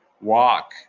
walk